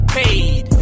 paid